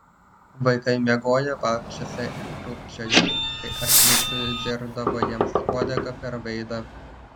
vaikai miegojo valkčiuose ir krūpčiojo kai arklys sužerdavo jiems uodega per veidą